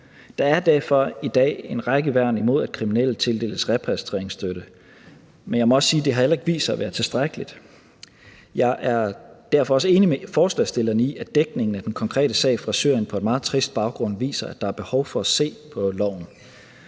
Der er derfor i dag en række værn imod, at kriminelle tildeles repatrieringsstøtte, men jeg må også sige, at det heller ikke har vist sig at være tilstrækkeligt. Jeg er derfor også enig med forslagsstillerne i, at dækningen af den konkrete sag fra Syrien på en meget trist baggrund viser, at der er behov for at se på loven.